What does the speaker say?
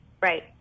right